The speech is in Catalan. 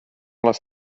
les